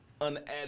unadded